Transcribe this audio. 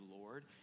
Lord